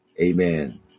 amen